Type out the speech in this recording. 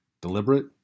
deliberate